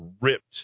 ripped